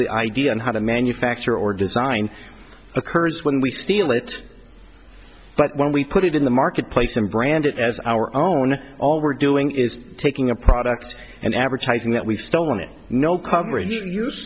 the idea and how to manufacture or design occurs when we steal it but when we put it in the marketplace and brand it as our own all we're doing is taking a product and advertising that we've stolen you know commerce use